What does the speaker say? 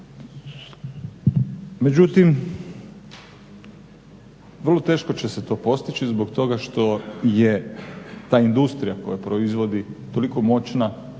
Međutim vrlo teško će se to postići zbog toga što je ta industrija koja proizvodi toliko moćna